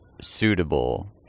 suitable